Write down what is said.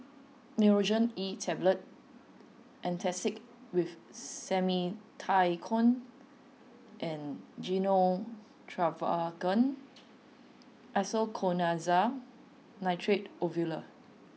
Nurogen E Tablet Antacid with Simethicone and Gyno Travogen Isoconazole Nitrate Ovule